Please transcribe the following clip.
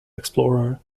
explorer